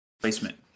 placement